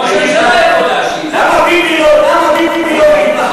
למה ביבי לא, ?